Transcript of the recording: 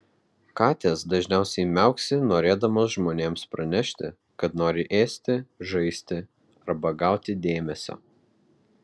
katės dažniausiai miauksi norėdamos žmonėms pranešti kad nori ėsti žaisti arba gauti dėmesio